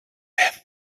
him